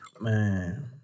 Man